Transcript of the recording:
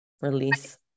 release